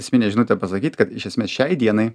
esminę žinutę pasakyt kad iš esmės šiai dienai